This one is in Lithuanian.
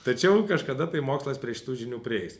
tačiau kažkada tai mokslas prie šitų žinių prieis